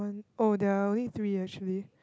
oh there are only three actually